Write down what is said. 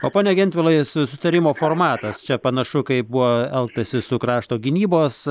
o pone gentvilai susitarimo formatas čia panašu kaip buvo elgtasi su krašto gynybos